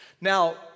Now